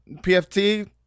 PFT